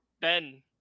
Ben